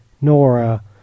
Nora